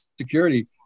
security